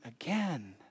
again